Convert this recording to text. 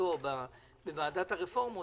בשעתו בוועדת הרפורמות,